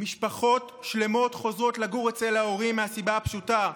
משפחות שלמות חוזרות לגור אצל ההורים מהסיבה הפשוטה,